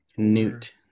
Newt